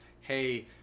Hey